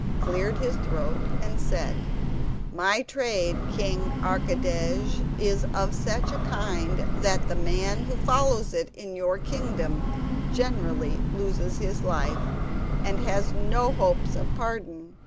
cleared his throat, and said my trade, king archidej, is of such a kind that the man who follows it in your kingdom generally loses his life and has no hopes of pardon.